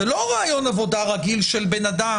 זה לא ריאיון עבודה רגיל של בן אדם